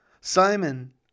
Simon